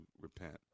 repent